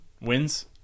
wins